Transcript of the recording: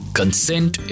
consent